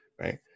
right